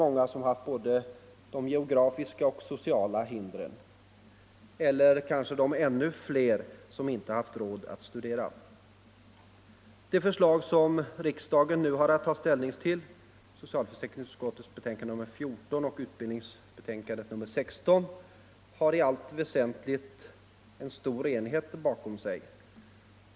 Många har kanske haft både geografiska och sociala hinder, andra — och kanske ännu fler — har inte haft råd att studera. De förslag som riksdagen nu har att ta ställning till i socialförsäkringsutskottets betänkande nr 14 och utbildningsutskottets betänkande nr 16 har i allt väsentligt en stor enighet bakom sig.